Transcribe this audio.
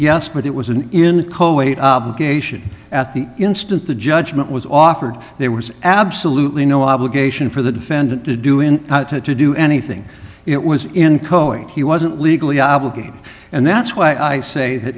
yes but it was an in a should at the instant the judgment was offered there was absolutely no obligation for the defendant to do in had to do anything it was in coing he wasn't legally obligated and that's why i say that